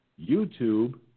YouTube